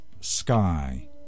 sky